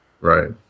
Right